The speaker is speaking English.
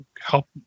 help